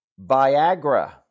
Viagra